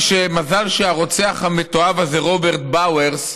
מזל שהרוצח המתועב הזה, רוברט באוורס,